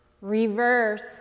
reverse